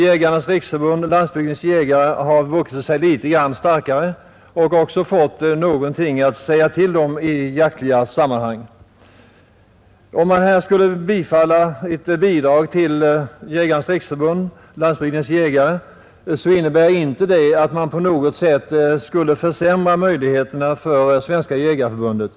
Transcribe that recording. Jägarnas riksförbund—Landsbygdens jägare har vuxit sig litet starkare och fått någonting att säga till om i jaktliga sammanhang. Om man skulle bifalla yrkandet om bidrag till Jägarnas riksförbund— Landsbygdens jägare innebär det inte att man skulle försämra möjligheterna för Svenska jägareförbundet.